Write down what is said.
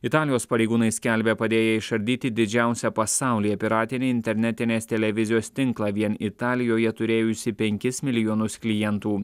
italijos pareigūnai skelbė padėję išardyti didžiausią pasaulyje piratinį internetinės televizijos tinklą vien italijoje turėjusį penkis milijonus klientų